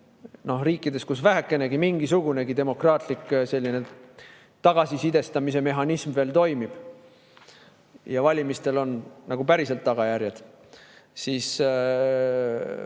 Riikides, kus vähekenegi mingisugune demokraatlik tagasisidestamise mehhanism toimib ja valimistel on päriselt tagajärjed, ma